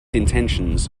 intentions